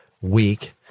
week